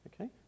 okay